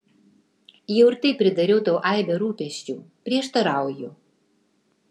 jau ir taip pridariau tau aibę rūpesčių prieštarauju